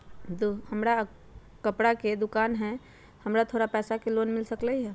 हमर कपड़ा के दुकान है हमरा थोड़ा पैसा के लोन मिल सकलई ह?